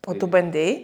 o tu bandei